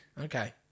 Okay